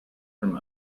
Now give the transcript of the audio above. from